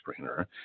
screener